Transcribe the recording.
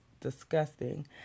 disgusting